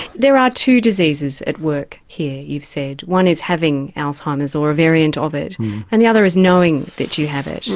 there are two diseases at work here you've said, one is having alzheimer's or a variant of it and the other is knowing that you have it.